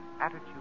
attitude